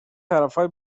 طرفای